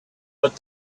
but